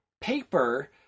paper